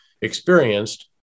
experienced